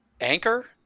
anchor